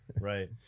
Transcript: right